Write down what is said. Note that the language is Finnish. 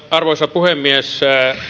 arvoisa puhemies